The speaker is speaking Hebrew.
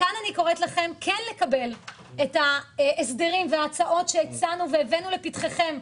מכאן אני קוראת לכם כן לקבל את ההסדרים וההצעות שהצענו והבאנו לפתחכם.